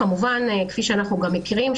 כפי שאנחנו גם מכירים,